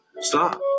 Stop